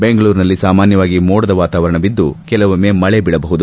ಬೆಂಗಳೂರಿನಲ್ಲಿ ಸಾಮಾನ್ಯವಾಗಿ ಮೋಡದ ವಾತಾವರಣವಿದ್ದು ಕೆಲವೊಮ್ಮೆ ಮಳೆ ಬೀಳಬಹುದು